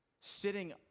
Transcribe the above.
sitting